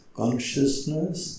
consciousness